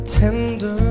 tender